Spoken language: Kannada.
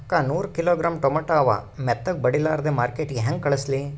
ಅಕ್ಕಾ ನೂರ ಕಿಲೋಗ್ರಾಂ ಟೊಮೇಟೊ ಅವ, ಮೆತ್ತಗಬಡಿಲಾರ್ದೆ ಮಾರ್ಕಿಟಗೆ ಹೆಂಗ ಕಳಸಲಿ?